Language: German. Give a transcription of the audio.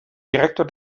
direktor